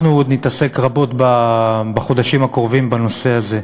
אנחנו עוד נתעסק רבות בחודשים הקרובים בנושא הזה,